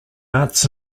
arts